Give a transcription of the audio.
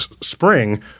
spring